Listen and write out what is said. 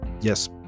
yes